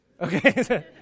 Okay